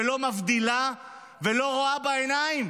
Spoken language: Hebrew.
שלא מבדילה ולא רואה בעיניים.